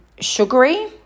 sugary